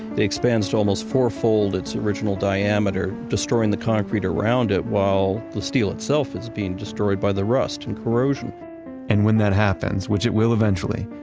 expands to almost four-fold its original diameter, destroying the concrete around it while the steel itself is being destroyed by the rust and corrosion and when that happens, which it will eventually,